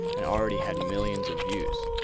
and already had millions of views.